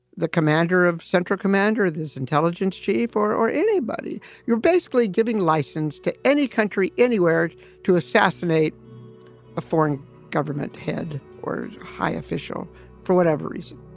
the commander of central commander, this intelligence chief or or anybody you're basically giving license to any country anywhere to assassinate a foreign government head or a high official for whatever reason